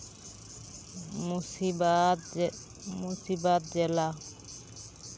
ᱢᱩᱨᱥᱤᱵᱟᱫ ᱢᱩᱨᱥᱤᱵᱟᱫ ᱡᱮᱞᱟ